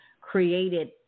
created